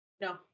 No